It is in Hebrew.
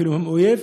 אפילו אם הוא אויב,